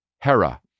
Hera